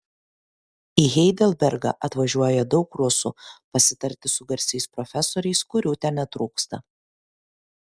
į heidelbergą atvažiuoja daug rusų pasitarti su garsiais profesoriais kurių ten netrūksta